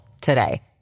today